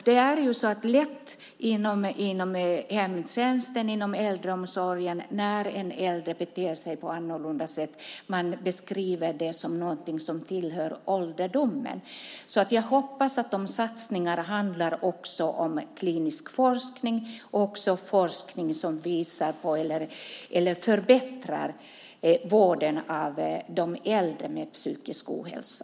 Det är lätt att man inom hemtjänsten, inom äldreomsorgen, när en äldre beter sig på ett annorlunda sätt beskriver det som något som tillhör ålderdomen. Jag hoppas att satsningarna också handlar om klinisk forskning och forskning som förbättrar vården av de äldre med psykisk ohälsa.